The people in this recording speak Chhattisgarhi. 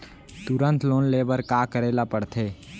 तुरंत लोन ले बर का करे ला पढ़थे?